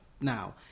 now